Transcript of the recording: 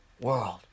World